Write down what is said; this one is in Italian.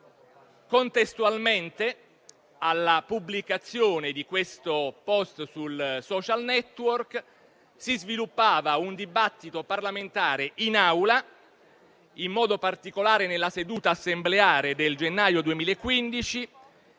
Contestualmente alla pubblicazione di questo *post* sul *social network*, si sviluppava un dibattito parlamentare in Aula, in modo particolare nella seduta assembleare del gennaio 2015.